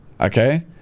okay